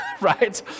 right